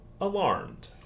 alarmed